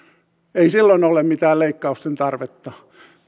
ei silloin ole mitään leikkausten tarvetta